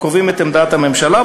קובעים את עמדת הממשלה,